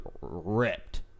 ripped